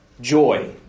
joy